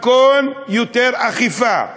מתכון יותר אכיפה,